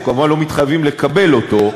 אנחנו כמובן לא מתחייבים לקבל אותו,